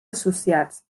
associats